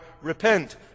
repent